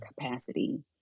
capacity